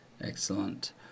Excellent